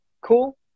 cool